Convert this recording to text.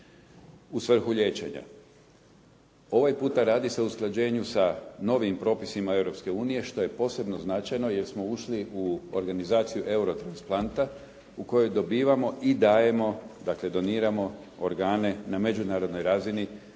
u svrhu liječenja. Ovaj puta radi se o usklađenju sa novim propisima Europske unije što je posebno značajno jer smo ušli u organizaciju eurotransplanta u kojoj dobivamo i dajemo, dakle doniramo organe na međunarodnoj razini